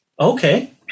Okay